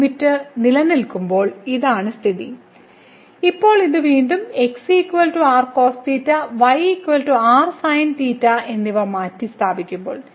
limit നിലനിൽക്കുമ്പോൾ ഇതാണ് സ്ഥിതി ഇപ്പോൾ ഇത് വീണ്ടും x r cosθ y r sinθ എന്നിവ മാറ്റിസ്ഥാപിക്കുമ്പോൾ